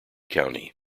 county